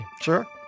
Sure